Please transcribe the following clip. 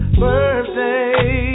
birthday